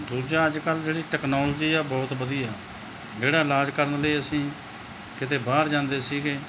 ਦੂਜਾ ਅੱਜ ਕੱਲ੍ਹ ਜਿਹੜੀ ਟੈਕਨੋਲਜੀ ਆ ਬਹੁਤ ਵਧੀਆ ਜਿਹੜਾ ਇਲਾਜ ਕਰਨ ਲਈ ਅਸੀਂ ਕਿਤੇ ਬਾਹਰ ਜਾਂਦੇ ਸੀਗੇ